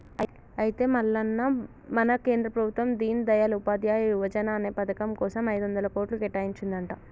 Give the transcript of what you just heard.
అయితే మల్లన్న మన కేంద్ర ప్రభుత్వం దీన్ దయాల్ ఉపాధ్యాయ యువజన అనే పథకం కోసం ఐదొందల కోట్లు కేటాయించిందంట